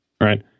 right